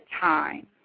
time